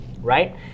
right